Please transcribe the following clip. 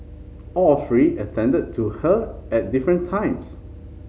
all three attended to her at different times